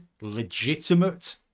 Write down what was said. legitimate